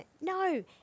No